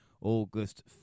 August